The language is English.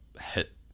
hit